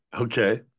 Okay